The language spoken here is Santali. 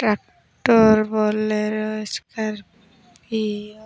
tractor Bolero Scorpio